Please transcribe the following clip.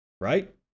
Right